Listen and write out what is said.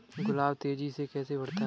गुलाब तेजी से कैसे बढ़ता है?